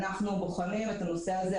אחד הדברים שאנחנו עושים זה בחינה של הנושא הזה.